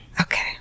Okay